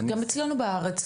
גם אצלינו בארץ,